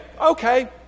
okay